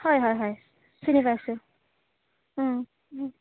হয় হয় হয় চিনি পাইছোঁ